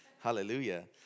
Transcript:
Hallelujah